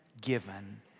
given